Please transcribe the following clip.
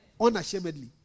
Unashamedly